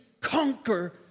conquer